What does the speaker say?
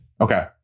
Okay